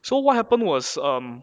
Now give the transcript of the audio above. so what happened was um